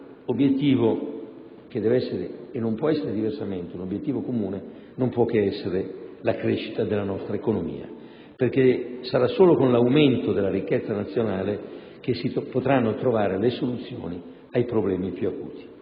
obiettivo, che deve essere, e non può essere diversamente, un obiettivo comune, non può che essere la crescita della nostra economia. Sarà solo con l'aumento della ricchezza nazionale che si potranno trovare le soluzioni ai problemi più acuti.